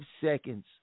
seconds